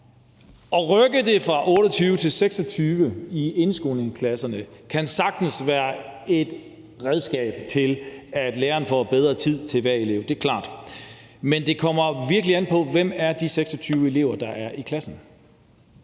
At rykke elevtallet fra 28 til 26 i indskolingsklasserne kan sagtens være et redskab til, at lærerne får bedre tid til hver elev. Det er klart. Men det kommer virkelig an på, hvem de 26 elever, der er i klassen,